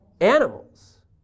Animals